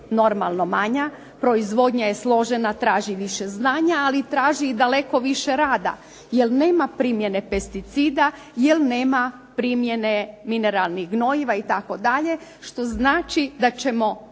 normalno manja, proizvodnja je složena i traži više znanja, ali traži i daleko više rada, jer nema primjene pesticida, jer nema primjene mineralnih gnojiva itd. što znači da ćemo